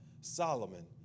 Solomon